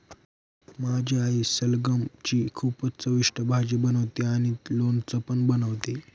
माझी आई सलगम ची खूपच चविष्ट भाजी बनवते आणि चविष्ट लोणचं पण बनवते